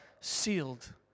sealed